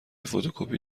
فتوکپی